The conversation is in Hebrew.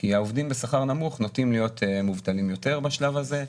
כי העובדים בשכר נמוך נוטים להיות מובטלים יותר בשלב הזה,